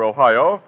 Ohio